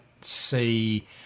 see